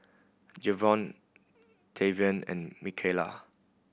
Javion Tavian and Mikalah